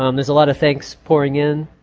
um there's a lot of thanks pouring in,